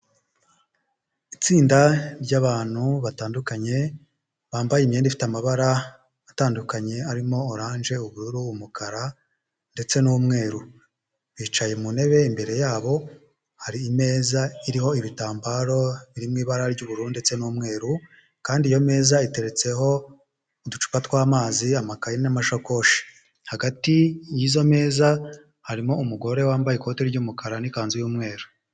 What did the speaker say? Itsinda ry'abantu batandukanye, bambaye imyenda ifite amabara atandukanye, arimo oranje, ubururu, umukara ndetse n'umweru. Bicaye mu ntebe, imbere yabo hari imeza iriho ibitambaro birimo ibara ry'ubururu ndetse n'umweru kandi iyo meza iteretseho uducupa tw'amazi, amakaye n'amashakoshi. Hagati y'izo meza harimo umugore wambaye ikoti ry'umukara n'ikanzu y'umweru.